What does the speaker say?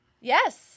Yes